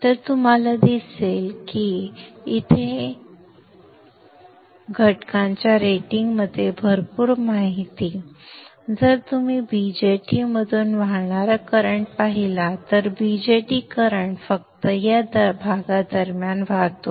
तर तुम्हाला दिसेल की तुम्हाला इथे पुन्हा मिळेल घटकां च्या रेटिंगमध्ये भरपूर माहिती जर तुम्ही BJT मधून वाहणारा करंट पाहिला तर बीजेटी करंट फक्त या भागादरम्यान वाहतो